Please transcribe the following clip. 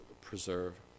preserve